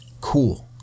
Cool